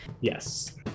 yes